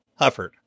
Hufford